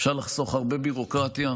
אפשר לחסוך הרבה ביורוקרטיה.